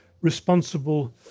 responsible